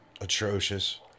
atrocious